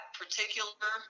particular